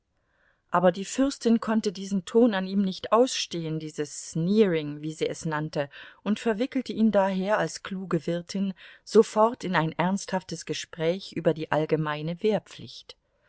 aber die fürstin konnte diesen ton an ihm nicht ausstehen dieses sneering wie sie es nannte und verwickelte ihn daher als kluge wirtin sofort in ein ernsthaftes gespräch über die allgemeine wehrpflicht